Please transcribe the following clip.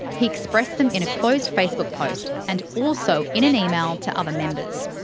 he expressed them in a closed facebook post and also in an email to other members.